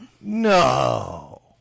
no